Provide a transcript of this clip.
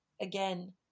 again